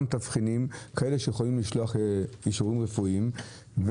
תבחינים כאלה שיכולים לשלוח אישורים רפואיים.